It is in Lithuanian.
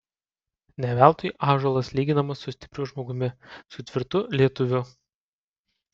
ne veltui ąžuolas lyginamas su stipriu žmogumi su tvirtu lietuviu